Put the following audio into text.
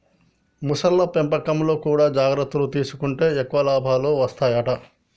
మొసళ్ల పెంపకంలో కూడా జాగ్రత్తలు తీసుకుంటే ఎక్కువ లాభాలు వత్తాయట